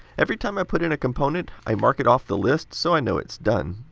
every time i put in a component, i mark it off the list so i know it's done.